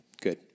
Good